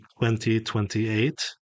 2028